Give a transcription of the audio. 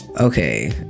okay